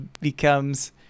becomes